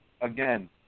Again